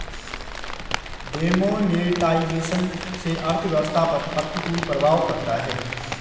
demonetisation से अर्थव्यवस्था पर प्रतिकूल प्रभाव पड़ता है